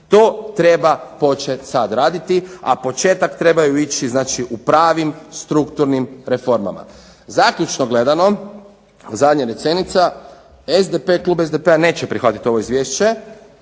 To treba početi sad raditi, a početak trebaju ići znači u pravim strukturnim reformama. Zaključno gledano, zadnja rečenica, klub SDP-a neće prihvatiti ovo izvješće